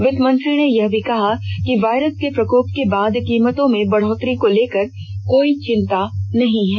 वित्तमंत्री ने यह भी कहा कि वायरस के प्रकोप के बाद कीमतों में बढोतरी को लेकर कोई चिंता नहीं है